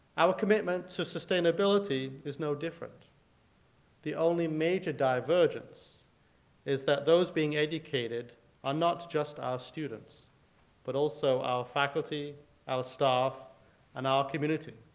our commitment to sustainability is no different the only major divergence is that those being educated are not just our students but also our faculty our staff and our community,